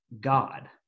God